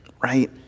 Right